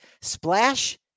Splash